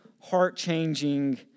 heart-changing